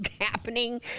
happening